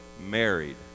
married